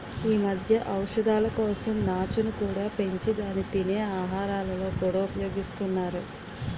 ఈ మధ్య ఔషధాల కోసం నాచును కూడా పెంచి దాన్ని తినే ఆహారాలలో కూడా ఉపయోగిస్తున్నారు